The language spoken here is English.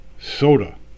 soda